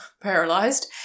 Paralyzed